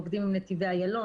עובדים עם נתיבי איילון,